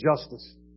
justice